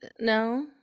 No